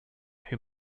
who